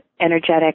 energetic